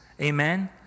amen